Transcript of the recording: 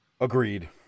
Agreed